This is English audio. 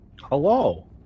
Hello